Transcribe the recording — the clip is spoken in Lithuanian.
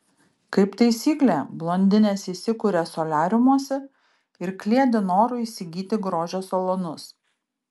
kaip taisyklė blondinės įsikuria soliariumuose ir kliedi noru įsigyti grožio salonus